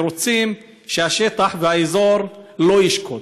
ורוצים שהשטח והאזור לא ישקטו,